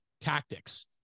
tactics